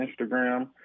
Instagram